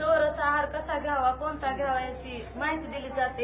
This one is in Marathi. चौरस आहार कसा ध्यावा कोणता ध्यावा यांची माहिती दिली जाते